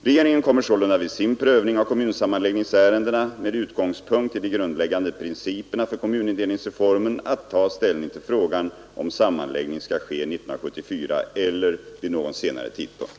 Regeringen kommer sålunda vid sin prövning av kommunsamman läggningsärendena, med utgångspunkt i de grundläggande principerna för kommunindelningsreformen, att ta ställning till frågan, om sammanläggning skall ske 1974 eller vid någon senare tidpunkt.